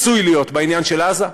עשוי להיות בעניין של עזה.